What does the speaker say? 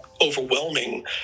overwhelming